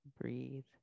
breathe